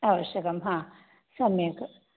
अवश्यकं हा सम्यक्